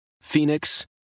Phoenix